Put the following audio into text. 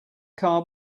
car